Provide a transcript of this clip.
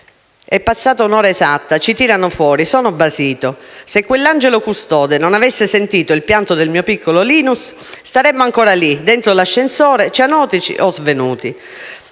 È passata un'ora esatta, ci tirano fuori. Sono basito (...). Se quell'angelo custode non avesse sentito il pianto del mio piccolo Linus staremmo ancora lì, dentro l'ascensore, cianotici o svenuti».